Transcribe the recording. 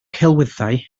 celwyddau